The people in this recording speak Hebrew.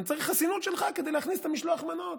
אני צריך חסינות של ח"כ כדי להכניס את משלוח המנות.